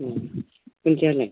बुन्दियालाय